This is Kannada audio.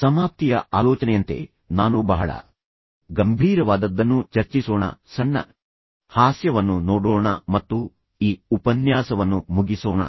ಸಮಾಪ್ತಿಯ ಆಲೋಚನೆಯಂತೆ ನಾನು ಬಹಳ ಗಂಭೀರವಾದದ್ದನ್ನು ಚರ್ಚಿಸೋಣ ಸಣ್ಣ ಹಾಸ್ಯವನ್ನು ನೋಡೋಣ ಮತ್ತು ಈ ಉಪನ್ಯಾಸವನ್ನು ಮುಗಿಸೋಣ